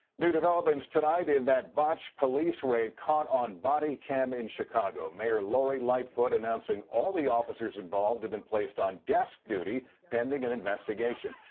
new developments tonight in that botched police raid caught on body cam in chicago. mayor lori lightfoot announcing all the officers involved um are placed on desk duty pending an investigation.